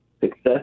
success